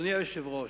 אדוני היושב-ראש,